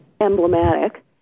emblematic